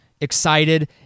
excited